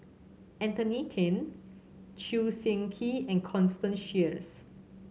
Anthony Then Chew Swee Kee and Constance Sheares